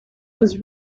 was